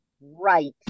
right